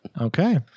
Okay